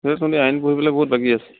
সেই তহঁতি আইন পঢ়িবলৈ বহুত বাকী আছে